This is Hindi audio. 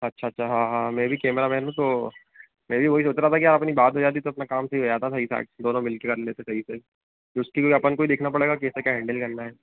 अच्छा अच्छा हाँ हाँ हाँ मैं भी कैमरामैन हूँ तो मैं भी वही सोच रहा था कि यार अपनी बात हो जाती तो अपना काम सही हो जाता सही साट दोनों मिलके कर लेते सही से उसकी अपन को ही देखना पड़ेगा कैसे क्या हैन्डल करना है